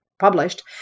published